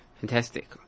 Fantastic